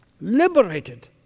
liberated